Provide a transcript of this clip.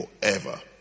forever